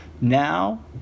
Now